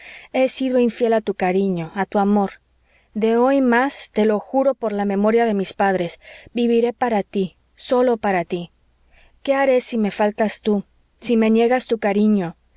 he sido infiel a tu cariño a tu amor de hoy más te lo juro por la memoria de mis padres viviré para ti sólo para tí qué haré si me faltas tú si me niegas tu cariño